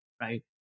right